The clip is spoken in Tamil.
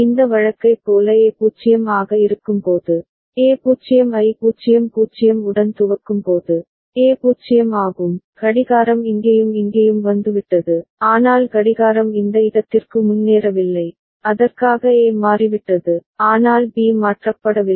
இந்த வழக்கைப் போல A 0 ஆக இருக்கும்போது A 0 ஐ 0 0 உடன் துவக்கும்போது A 0 ஆகும் கடிகாரம் இங்கேயும் இங்கேயும் வந்துவிட்டது ஆனால் கடிகாரம் இந்த இடத்திற்கு முன்னேறவில்லை அதற்காக A மாறிவிட்டது ஆனால் B மாற்றப்படவில்லை